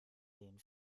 den